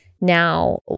now